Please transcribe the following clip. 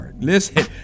listen